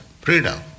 freedom